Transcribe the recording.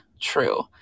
true